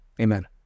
Amen